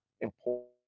important